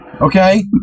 Okay